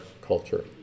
culture